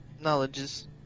Knowledges